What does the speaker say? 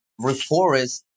reforest